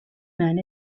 man